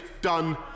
done